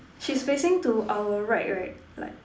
she's facing to our right right like